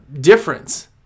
difference